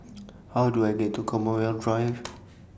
How Do I get to Commonwealth Drive